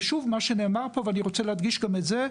ושוב אני רוצה להדגיש את מה שנאמר פה,